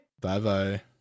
bye-bye